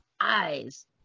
eyes